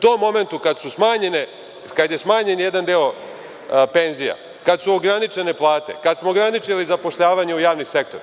tom momentu kada je smanjen jedan deo jedan deo penzija, kad su ograničene plate, kad smo ograničili zapošljavanje u javni sektor,